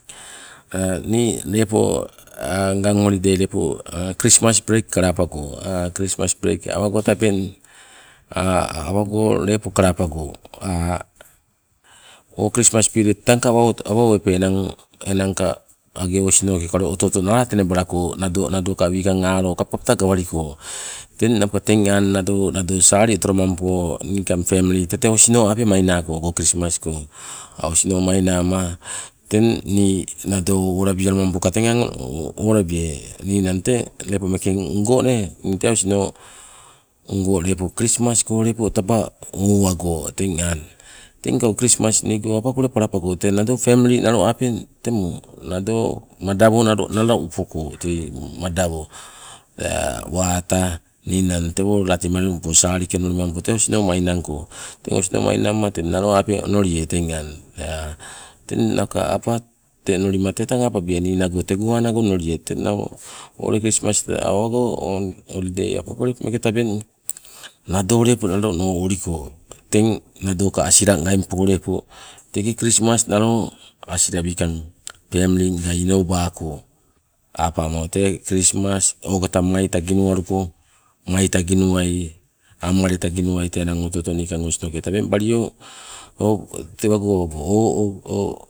nii lepo ngang holidei lepo krismas breik kalapango, krismas breik awango tabeng awango lepo kalapo, o krismas periet tangka awa owepe enang, enangka ange osinoke oto oto aka nala tenebalako nado, nado ka wikang alo kapkapta gawaliko, teng napo teng ang sali otolomampo niikang family tete osino ape mainako ogo krismas koi. A' osino mainama teng nii nado owalabialumampoka teng anang olabiai ninang tee ni lepo meeke ungo nee, ni tee osino ungo lepo krismas ko leko taba owago teng ang. Teng ka o krimas niike awango lepo kalapago tee nado family naloape, teng nado madawo nalo upoko teie madawo, tee wata ninang tewo late malilungpo salike onilimampo tee osino mainangko. Teng osino mainangma tee naloape onoliai teinga tee, maka awa te onolima tee apabiai nii nago tego anago onolie. Teng napo o ule krimas awago o holidie okopo meeke tabeng nado lepo nalo uliko, teng nadoka asilangaingpo lepo teke krismas nalo asila wikang pemlinga ga inobako apama o tee krismas okata mai taginuwaluko, mai taginuwai amale tangi nuwai oto oto niikang osinoke tabeng balio. tewago